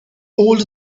older